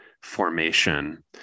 formation